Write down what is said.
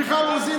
מיכל רוזין,